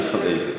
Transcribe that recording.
עד 55 דקות.